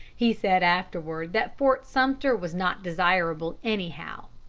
he said afterward that fort sumter was not desirable anyhow.